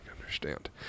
understand